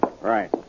right